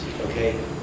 okay